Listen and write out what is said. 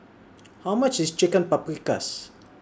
How much IS Chicken Paprikas